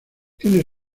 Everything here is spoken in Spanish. tiene